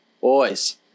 Boys